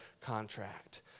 contract